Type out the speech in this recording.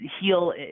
heal